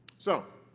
so,